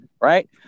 right